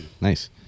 Nice